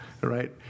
right